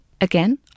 Again